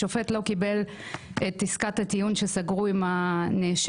השופט לא קיבל את עסקת הטיעון שסגרו עם הנאשם,